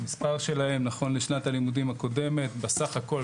המספר שלהם נכון לשנת הלימודים הקודמת בסך הכל